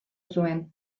zuen